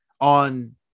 On